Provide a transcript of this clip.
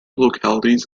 localities